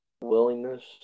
willingness